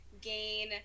gain